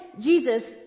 Jesus